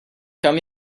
come